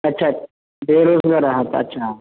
अच्छा बेरोजगार आहात अच्छा